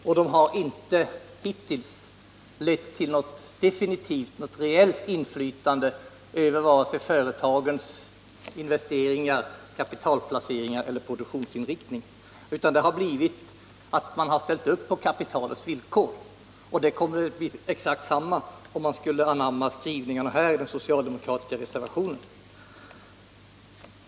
Men dessa har inte hittills lett till något reellt inflytande på vare sig företagens investeringar, kapitalplaceringar eller produktionsinriktning, utan man har ställt upp på kapitalets villkor. Det skulle också bli följden om man anammade skrivningarna i den socialdemokratiska reservationen.